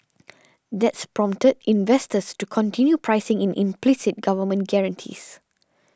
that's prompted investors to continue pricing in implicit government guarantees